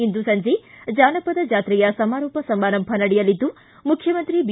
ಇಂದು ಸಂಜೆ ಜಾನಪದ ಜಾತ್ರೆಯ ಸಮಾರೋಪ ಸಮಾರಂಭ ನಡೆಯಲಿದ್ದು ಮುಖ್ಯಮಂತ್ರಿ ಬಿ